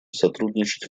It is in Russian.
сотрудничать